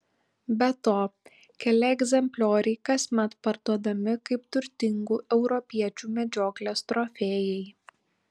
be to keli egzemplioriai kasmet parduodami kaip turtingų europiečių medžioklės trofėjai